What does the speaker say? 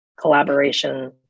collaboration